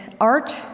art